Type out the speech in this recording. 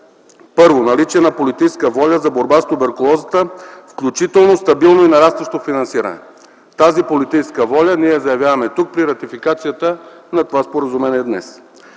Първо, наличие на политическа воля за борба с туберкулозата, включително стабилно и нарастващо финансиране. Тази политическа воля ние заявяваме тук при ратификацията на това споразумение днес.